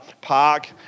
Park